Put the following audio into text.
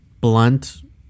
blunt